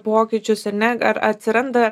pokyčius ir ne ar atsiranda